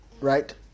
Right